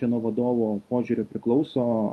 čia nuo vadovo požiūrio priklauso